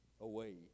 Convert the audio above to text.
away